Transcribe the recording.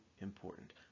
important